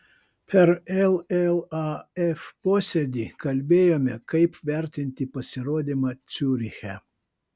per llaf posėdį kalbėjome kaip vertinti pasirodymą ciuriche